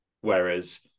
whereas